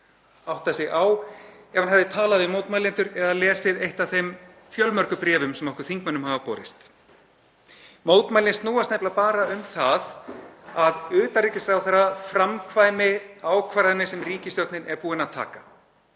áttað sig á ef hann hefði talað við mótmælendur eða lesið eitt af þeim fjölmörgu bréfum sem okkur þingmönnum hafa borist. Mótmælin snúast nefnilega bara um það að utanríkisráðherra framkvæmi ákvarðanir sem ríkisstjórnin er búin að taka.